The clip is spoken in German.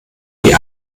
die